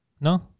No